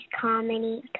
Comedy